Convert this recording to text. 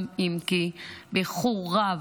גם אם באיחור רב,